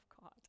God